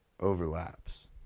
Overlaps